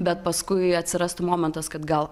bet paskui atsirastų momentas kad gal